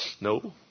No